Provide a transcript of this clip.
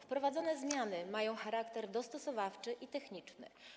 Wprowadzone zmiany mają charakter dostosowawczy i techniczny.